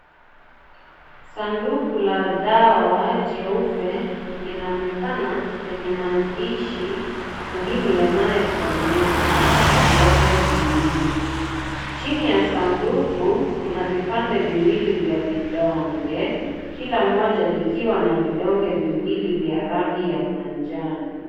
Sanduku la dawa jeupe linaonekana lenye mandishi muhimu yanaysoomeka vidonge vinne. Chini ya sanduku kuna vipande viwilii vya vidonge. Kila moja likiwa na vidonge viwili vya rangi ya manjano.